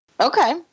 Okay